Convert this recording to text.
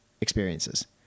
experiences